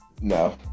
no